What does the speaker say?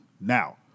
Now